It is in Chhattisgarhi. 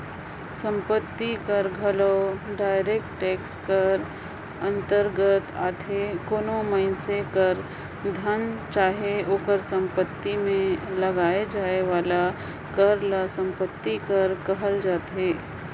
संपत्ति कर घलो डायरेक्ट टेक्स कर अंतरगत आथे कोनो मइनसे कर धन चाहे ओकर सम्पति में लगाए जाए वाला कर ल सम्पति कर कहल जाथे